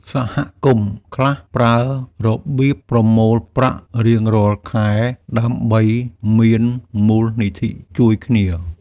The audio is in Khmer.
សហគមន៍ខ្លះប្រើរបៀបប្រមូលប្រាក់រៀងរាល់ខែដើម្បីមានមូលនិធិជួយគ្នា។